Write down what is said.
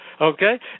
Okay